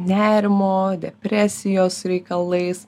nerimo depresijos reikalais